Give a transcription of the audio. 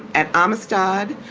at amistad,